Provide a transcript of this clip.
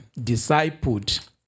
discipled